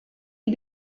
die